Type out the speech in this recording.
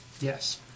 Yes